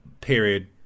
period